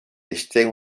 steht